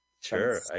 Sure